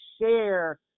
share